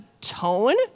tone